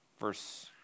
verse